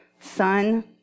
Son